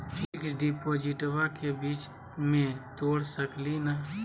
Fix डिपोजिटबा के बीच में तोड़ सकी ना?